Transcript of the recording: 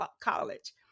College